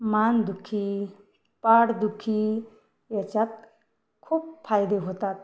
मानदुखी पाठदुखी याच्यात खूप फायदे होतात